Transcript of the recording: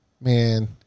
Man